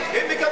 הוא הציע